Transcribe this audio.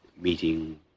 meeting